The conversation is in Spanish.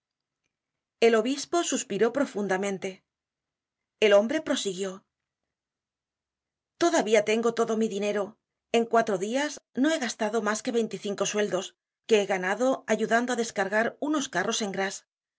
el obispo suspiró profundamente el hombre prosiguió todavía tengo todo mi dinero en cuatro dias no he gastado mas que veinticinco sueldos que he ganado ayudando á descargar unos carros en grasse